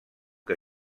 que